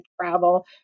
travel